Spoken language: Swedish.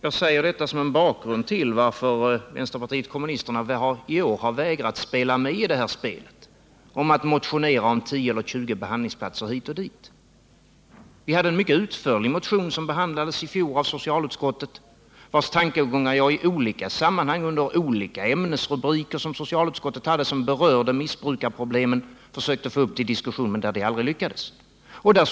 Jag nämner detta som bakgrund till att vänsterpartiet kommunisterna i år har vägrat spela med i det spel som pågår, att motionera om 10 eller 20 behandlingsplatser hit och dit. Vi hade en mycket utförlig motion i fjol. I olika sammanhang under olika ämnesrubriker som berörde missbrukarproblemen försökte jag få upp tankegångarna i den motionen till diskussion, men det lyckades aldrig.